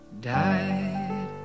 died